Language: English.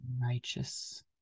righteous